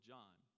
John